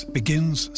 begins